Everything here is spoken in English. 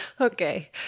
Okay